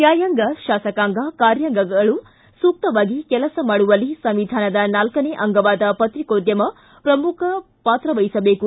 ನ್ನಾಯಾಂಗ ಶಾಸಕಾಂಗ ಕಾರ್ಯಾಂಗಗಳು ಸೂಕ್ತವಾಗಿ ಕೆಲಸ ಮಾಡುವಲ್ಲಿ ಸಂವಿಧಾನದ ನಾಲ್ಲನೇ ಅಂಗವಾದ ಪತ್ರಿಕೋದ್ಯಮ ಪ್ರಮುಖ ಪಾತ್ರ ವಹಿಸಬೇಕು